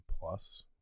plus